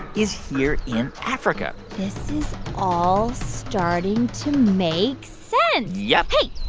is here in africa this is all starting to make sense yup hey,